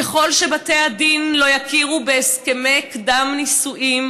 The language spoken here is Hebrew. ככל שבתי הדין לא יכירו בהסכמי קדם-נישואים